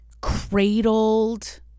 cradled